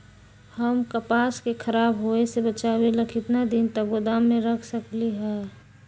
हम कपास के खराब होए से बचाबे ला कितना दिन तक गोदाम में रख सकली ह?